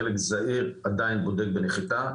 חלק זעיר עדיין בודק בנחיתה.